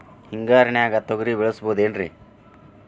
ಹಿಂಗಾರಿನ್ಯಾಗ ತೊಗ್ರಿ ಬೆಳಿಬೊದೇನ್ರೇ?